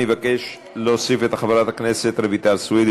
אני מבקש להוסיף את חברת הכנסת רויטל סויד,